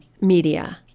media